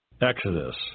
Exodus